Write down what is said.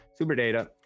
Superdata